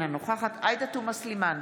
אינה נוכחת עאידה תומא סלימאן,